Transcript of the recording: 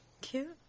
Cute